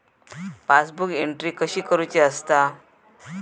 Passbook entry कशी करुची असता?